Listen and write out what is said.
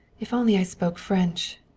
if only i spoke french!